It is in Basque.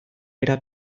era